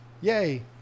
Yay